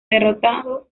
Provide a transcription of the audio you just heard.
derrotado